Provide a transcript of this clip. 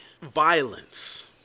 Violence